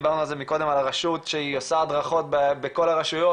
דיברנו מקודם על הרשות שעושה הדרכות בכל הרשויות,